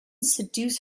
seduce